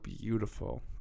beautiful